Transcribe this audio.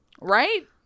Right